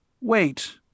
wait